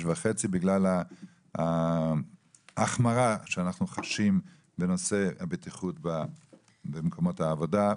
וחצי בגלל ההחמרה שאנחנו חשים בנושא הבטיחות במקומות העבודה,